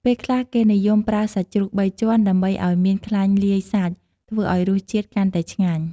ពេលខ្លះគេនិយមប្រើសាច់ជ្រូកបីជាន់ ដើម្បីឱ្យមានខ្លាញ់លាយសាច់ ធ្វើឱ្យរសជាតិកាន់តែឆ្ងាញ់។